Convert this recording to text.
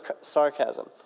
sarcasm